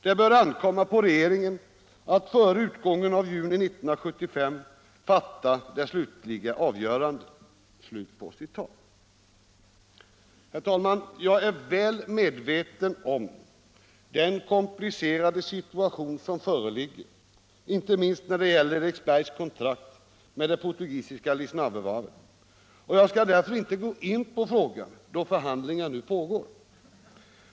Det bör ankomma på regeringen att före utgången av juni 1975 fatta det slutliga avgörandet.” Herr talman! Jag är väl medveten om den komplicerade situation som föreligger inte minst när det gäller Eriksbergs kontrakt med det portugisiska Lisnavevarvet, och jag skall inte gå in på frågan, då förhandlingar nu pågår.